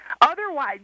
Otherwise